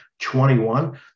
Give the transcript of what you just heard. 21